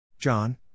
John